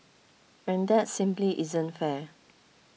and that simply isn't fair